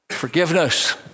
forgiveness